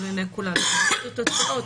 רואים את התוצאות,